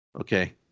okay